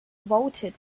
vaulted